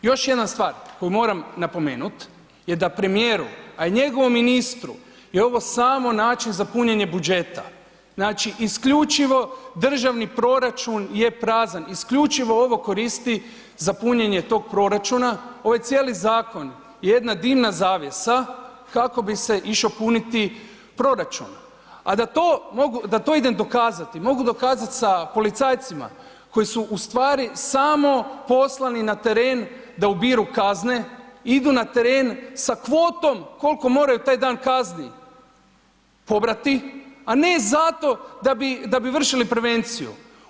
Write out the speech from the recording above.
Još jedna stvar koju moram napomenut je da premijeru, a i njegovom ministru je ovo samo način za punjenje budžeta, znači isključivo državni proračun je prazan, isključivo ovo koristi za punjenje tog proračuna, ovaj cijeli zakon je jedna dimna zavjesa kako bi se išao puniti proračun, a da to idem dokazati, mogu dokazat sa policajcima koji su u stvari samo poslani na teren da ubiru kazne, idu na teren sa kvotom kolko moraju taj dan kazni pobrati, a ne zato da bi vršili prevenciju.